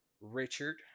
Richard